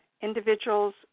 individuals